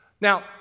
Now